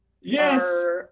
yes